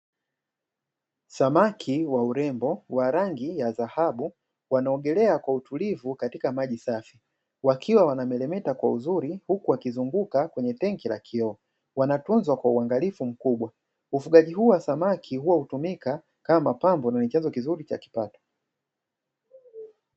Samaki wa urembo wa rangi ya dhahabu wanao ogelea kwa utulivu katika maji safi, wakiwa wanameremeta kwa uzuri huku wakizunguka kwenye tenki la kioo, wanatunzwa kwa uangalifu mkubwa. Ufugaji huu wa samaki hutumika kama mapambo na ni chanzo kizuri cha kipato.